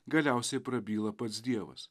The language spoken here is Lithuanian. galiausiai prabyla pats dievas